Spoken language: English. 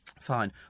Fine